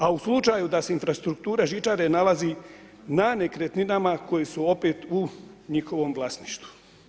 A u slučaju da se infrastruktura žičare nalazi na nekretninama koje su opet u njihovom vlasništvu.